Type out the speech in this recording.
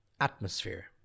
atmosphere